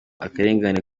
akarengane